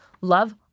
Love